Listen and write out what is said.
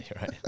Right